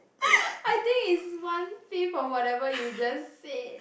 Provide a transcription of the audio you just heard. I think it's one fifth of whatever you just said